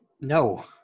No